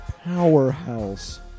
powerhouse